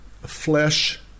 flesh